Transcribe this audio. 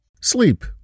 Sleep